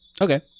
Okay